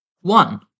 One